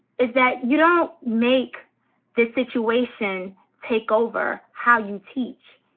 is that you don't make the situation take over how you teach.